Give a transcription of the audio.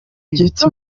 get